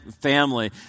family